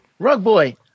Rugboy